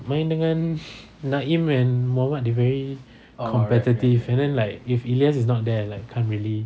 main dengan naim and muhammad they very competitive and then like if ilyas is not there like can't really